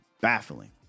baffling